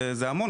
זה המון.